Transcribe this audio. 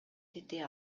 деди